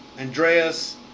Andreas